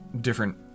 different